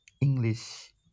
English